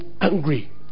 angry